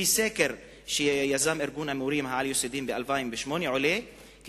מסקר שיזם ארגון המורים העל-יסודיים ב-2008 עולה כי